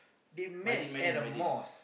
they met at a mosque